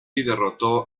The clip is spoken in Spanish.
derrotó